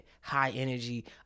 high-energy